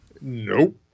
Nope